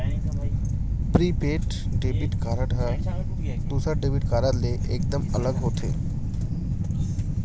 prepaid debit card ह दूसर debit card ले एकदम अलग होथे